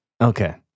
Okay